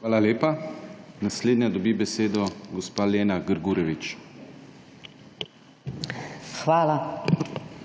Hvala lepa. Naslednja dobi besedo gospa Lena Grgurevič. LENA GRGUREVIČ (PS Svoboda): Hvala.